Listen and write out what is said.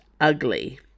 ugly